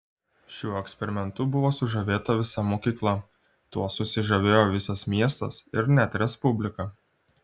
šiuo eksperimentu buvo sužavėta visa mokyklą tuo susižavėjo visas miestas ir net respublika